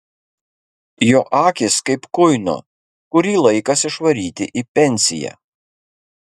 jo akys kaip kuino kurį laikas išvaryti į pensiją